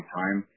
time